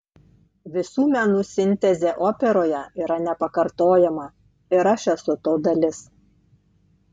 visų menų sintezė operoje yra nepakartojama ir aš esu to dalis